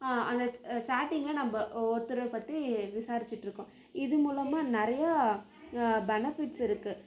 அந்த சேட்டிங்கில் நம்ம ஒவொருத்தரை பற்றி விசாரிச்சுட்டு இருக்கோம் இது மூலமாக நிறைய ஃபெனிஃபிட்ஸ் இருக்குது